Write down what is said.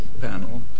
panel